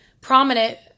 prominent